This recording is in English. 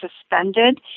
suspended